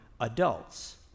adults